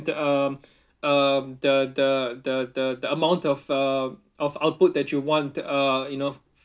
the um um the the the the the amount of uh of output that you want uh you know